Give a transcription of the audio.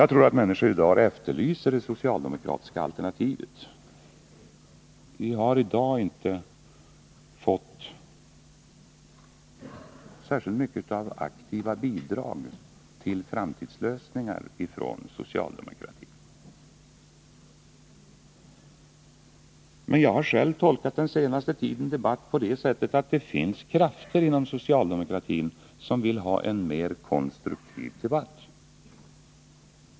Jag tror att människor i dag efterlyser det socialdemokratiska alternativet. Vi har alltså inte fått särskilt mycket av aktiva bidrag i form av förslag till framtida lösningar från socialdemokratin. Men jag har själv tolkat den senaste tidens debatt så att det inom socialdemokratin finns krafter som vill ha en mer konstruktiv debatt.